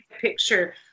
picture